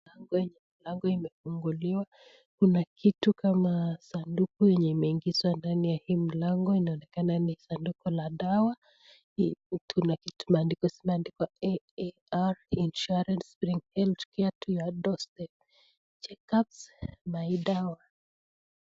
Mlango imefunguliwa kuna kitu kama sanduku yenye imeingizwa ndani ya hii mlango. Inaonekana ni sanduku la dawa .Tuna kitu imeandikwa AAR Insurance ,brings health care to your doorstep. Check ups by Dawa .